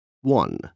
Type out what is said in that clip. One